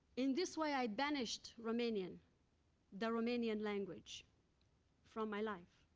in this way, i banished romanian the romanian language from my life.